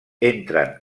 entren